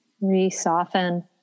Re-soften